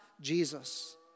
Jesus